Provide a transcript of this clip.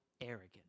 arrogant